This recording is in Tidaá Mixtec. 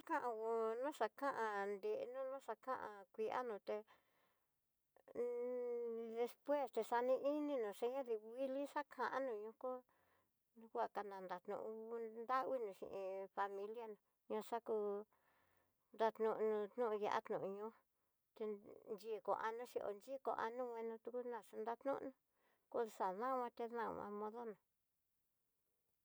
Kan nguo no xakanní, no no xakuan kuianuté, despues texaní ininó xeña'a dinguikli xakano nrioko huakananó'o, nguandavina hin iin familia ná na xakú dannono no'o ya'á noño, ti yikuanoxhi oyikuano, venutudna xunanñon, koxadama té dama modona.